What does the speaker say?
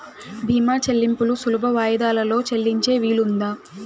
భీమా చెల్లింపులు సులభ వాయిదాలలో చెల్లించే వీలుందా?